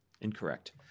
Incorrect